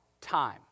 time